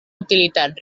utilitat